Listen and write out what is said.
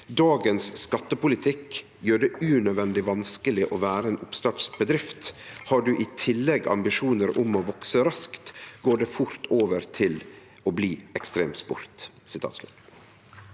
«Dagens skattepolitikk gjør det unødvendig vanskelig å være en oppstartsbedrift. Har du i tillegg ambisjoner om å vokse raskt, går det fort over til å bli ekstremsport»?»